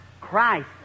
Christ